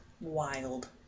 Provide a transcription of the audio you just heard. Wild